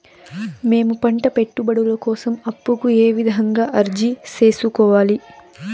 మేము పంట పెట్టుబడుల కోసం అప్పు కు ఏ విధంగా అర్జీ సేసుకోవాలి?